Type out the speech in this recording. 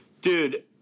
Dude